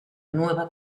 nueva